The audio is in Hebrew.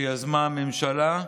שיזמה הממשלה.